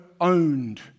owned